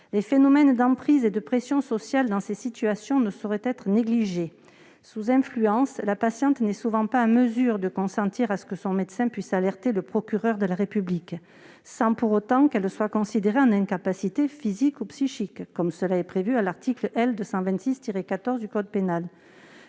Les phénomènes d'emprise et de pression sociale dans ces situations ne sauraient être négligés. Étant sous influence, la patiente n'est souvent pas en mesure de consentir à ce que son médecin alerte le procureur de la République, sans pour autant qu'elle soit considérée en « incapacité physique ou psychique », comme cela est prévu à l'article 226-14 du code pénal.